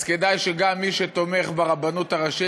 אז כדאי שגם מי שתומך ברבנות הראשית